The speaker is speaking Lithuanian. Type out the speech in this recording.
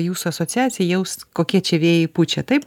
jūsų asociacija jaus kokie čia vėjai pučia taip